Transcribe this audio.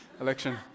election